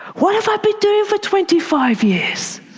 what have i been doing for twenty five years?